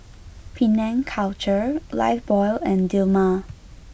Penang Culture Lifebuoy and Dilmah